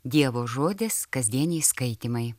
dievo žodis kasdieniai skaitymai